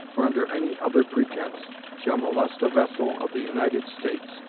or under any other pretense, shall molest a vessel of the united states,